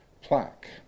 plaque